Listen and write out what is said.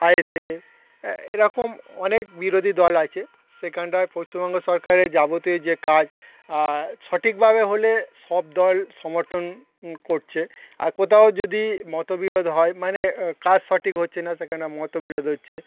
I S A এরকম অনেক বিরোধী দল আছে সেখানটায় পশ্চিমবঙ্গ সরকারের যাবতীয় যে কাজ সঠিকভাবে হলে সব দল সমর্থন করছে আর কোথাও যদি মত বিরোধ হয় মানে কাজ সঠিক হচ্ছে না সেখানে মত বিরোধ হচ্ছে